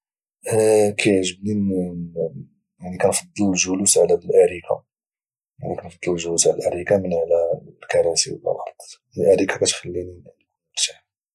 كيعجبني كانفضل الجلوس على الاريكه يعني كنفضل الجلوس على الاريكه من على الكراسي ولا الارض كاتخليني انني نكون مرتاح